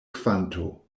kvanto